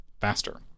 faster